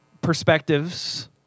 perspectives